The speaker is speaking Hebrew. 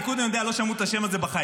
אני יודע, בליכוד לא שמעו את השם הזה בחיים.